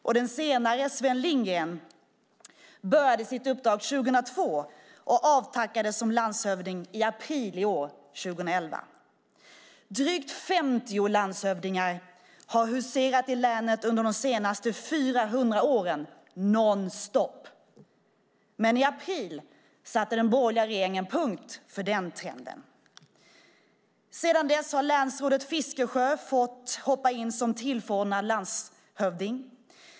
Den senare, Sven Lindgren, började sitt uppdrag 2002 och avtackades som landshövding i april i år, 2011. Drygt 50 landshövdingar har nonstop huserat i länet under de senaste 400 åren. Men i april satte den borgerliga regeringen punkt för den trenden. Sedan dess har länsrådet Fiskesjö fått hoppa in som tillförordnad landshövding.